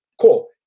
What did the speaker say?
Cool